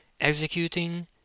executing